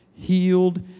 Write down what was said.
healed